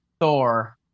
Thor